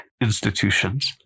institutions